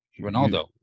Ronaldo